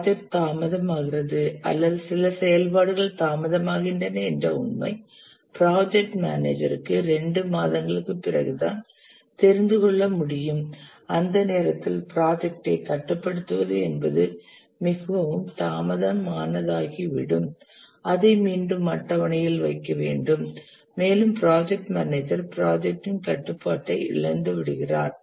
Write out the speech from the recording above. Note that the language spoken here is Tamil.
ப்ராஜெக்ட் தாமதமாகிறது அல்லது சில செயல்பாடுகள் தாமதமாகின்றன என்ற உண்மை ப்ராஜெக்ட் மேனேஜர் க்கு 2 மாதங்களுக்குப் பிறகுதான் தெரிந்து கொள்ள முடியும் அந்த நேரத்தில் ப்ராஜெக்டை கட்டுப்படுத்துவது என்பது மிகவும் தாமதமானதாகிவிடும் அதை மீண்டும் அட்டவணையில் வைக்க வேண்டும் மேலும் ப்ராஜெக்ட் மேனேஜர் ப்ராஜெக்டின் கட்டுப்பாட்டை இழந்துவிடுகிறார்